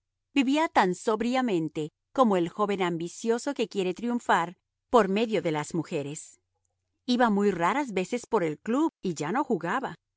vivía tan sobriamente como el joven ambicioso que quiere triunfar por medio de las mujeres iba muy raras veces por el club y ya no jugaba